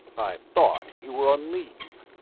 i thought you were on leave,